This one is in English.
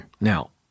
Now